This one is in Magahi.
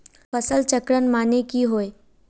फसल चक्रण माने की होय?